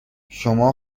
شما